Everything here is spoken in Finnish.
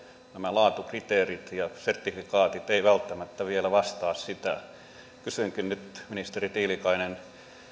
laatukriteerit ja sertifikaatit eivät välttämättä vielä vastaa sitä kysynkin nyt ministeri tiilikainen